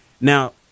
Now